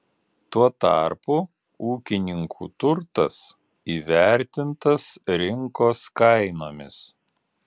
tuo tarpu ūkininkų turtas įvertintas rinkos kainomis